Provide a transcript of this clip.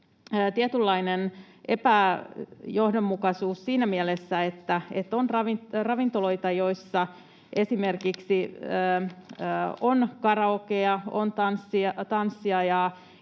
tietynlainen epäjohdonmukaisuus siinä mielessä, että on ravintoloita, joissa esimerkiksi on karaokea, on tanssia ja